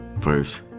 first